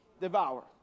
devour